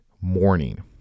morning